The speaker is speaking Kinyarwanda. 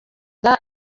inda